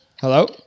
hello